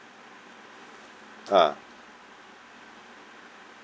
ah